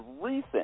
recent